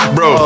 Bro